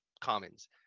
commons